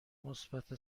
مثبت